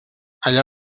allà